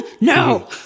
no